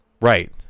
Right